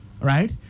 right